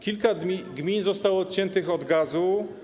Kilka gmin zostało odciętych od gazu.